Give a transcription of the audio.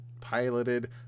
piloted